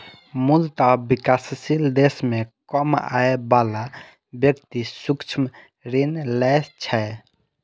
मूलतः विकासशील देश मे कम आय बला व्यक्ति सूक्ष्म ऋण लै छै